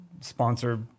sponsor